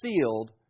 sealed